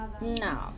No